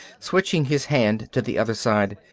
switching his hand to the other side.